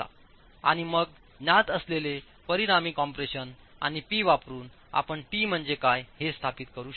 आणि मग ज्ञात असलेले परिणामी कॉम्प्रेशन आणि P वापरून आपण T म्हणजे काय हे स्थापित करू शकता